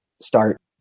start